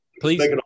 please-